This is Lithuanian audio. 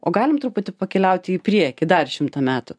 o galim truputį pakeliauti į priekį dar šimtą metų